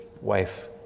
wife